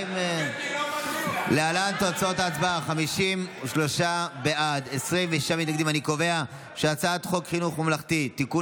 ההצעה להעביר את הצעת חוק חינוך ממלכתי (תיקון,